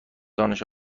دانش